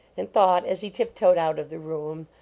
and thought, as he tip-toed out of the room,